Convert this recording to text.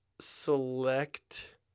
select